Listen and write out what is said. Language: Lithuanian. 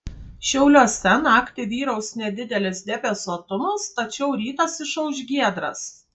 šiauliuose naktį vyraus nedidelis debesuotumas tačiau rytas išauš giedras